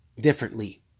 differently